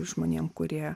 žmonėm kurie